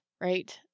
right